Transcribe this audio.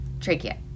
trachea